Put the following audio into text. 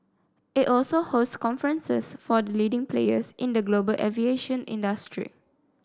it also hosts conferences for leading players in the global aviation industry